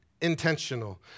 intentional